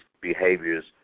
behaviors